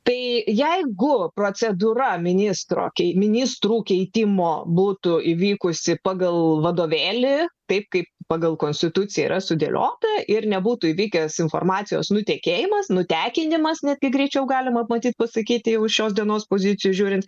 tai jeigu procedūra ministro ministrų keitimo būtų įvykusi pagal vadovėlį taip kaip pagal konstituciją yra sudėliota ir nebūtų įvykęs informacijos nutekėjimas nutekinimas netgi greičiau galima matyt pasakyti už šios dienos pozicijų žiūrint